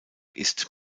ist